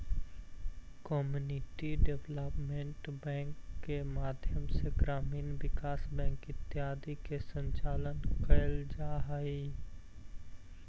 community development bank के माध्यम से ग्रामीण विकास बैंक इत्यादि के संचालन कैल जा हइ